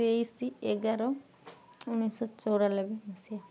ତେଇଶି ଏଗାର ଉଣେଇଶି ଶହ ଚଉରାନବେ ମସିହା